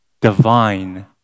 divine